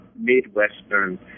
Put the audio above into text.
Midwestern